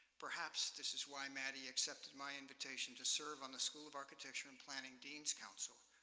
perhaps this is why maddy accepted my invitation to serve on the school of architecture and planning dean's council,